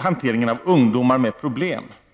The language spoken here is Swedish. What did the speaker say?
hanteringen av ungdomar med problem.